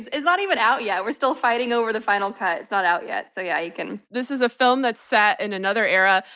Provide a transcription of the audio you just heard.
it's it's not even out yet. we're still fighting over the final cut. it's not out yet. so yeah like and this is a film that's set in another era,